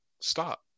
stop